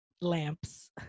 lamps